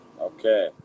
Okay